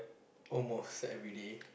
almost set everyday